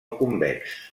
convex